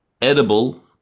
edible